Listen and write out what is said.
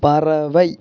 பறவை